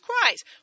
Christ